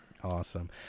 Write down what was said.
Awesome